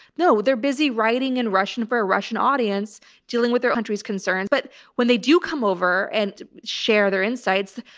no, they're busy writing in russian for a russian audience dealing with their own country's concerns. but when they do come over and share their insights,